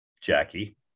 Jackie